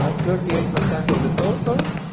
ah thirty eight percent of the total,